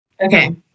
Okay